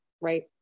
right